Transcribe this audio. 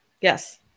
Yes